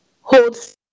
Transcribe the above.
holds